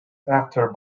after